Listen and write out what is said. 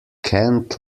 kent